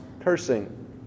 cursing